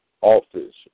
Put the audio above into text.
office